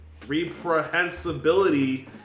Reprehensibility